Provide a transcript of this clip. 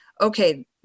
okay